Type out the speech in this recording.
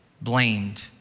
blamed